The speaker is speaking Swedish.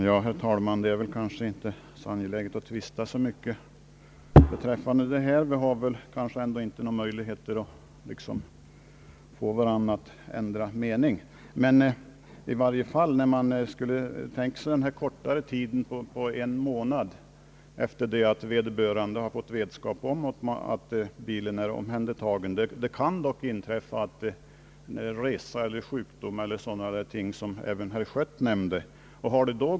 Herr talman! Det är kanske inte angeläget att tvista så mycket beträffande denna fråga. Möjligheterna är väl ändå inte så stora att vi skall få varandra att ändra mening. Vad gäller den kortare respittiden på en månad efter det att vederbörande har fått vetskap om att bilen är omhändertagen vill jag framhålla att det dock kan inträffa att den det gäller på grund av resa, sjukdom eller sådana saker som även herr Schött nämnde inte har möjlighet att skaffa undan fordonet.